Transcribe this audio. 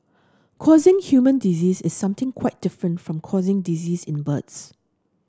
causing human disease is something quite different from causing disease in birds